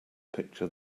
picture